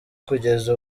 kugeza